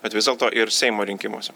bet vis dėlto ir seimo rinkimuose